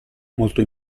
molto